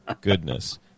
goodness